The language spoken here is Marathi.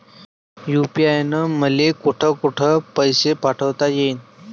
यू.पी.आय न मले कोठ कोठ पैसे पाठवता येईन?